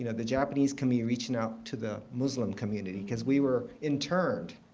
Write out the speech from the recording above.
you know the japanese can be reaching out to the muslim community, because we were interned.